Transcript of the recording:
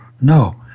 No